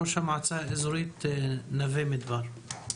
ראש המועצה האזורית נווה מדבר.